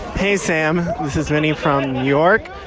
hey, sam. this is vinny from new york.